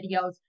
videos